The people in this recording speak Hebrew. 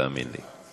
תאמין לי.